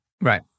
Right